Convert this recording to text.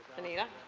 vanita?